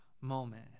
moment